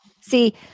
see